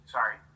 Sorry